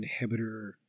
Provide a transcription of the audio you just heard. inhibitor